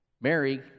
Mary